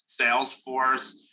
Salesforce